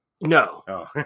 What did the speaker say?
No